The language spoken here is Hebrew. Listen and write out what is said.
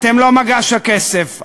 אתם לא מגש הכסף.